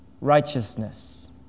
Righteousness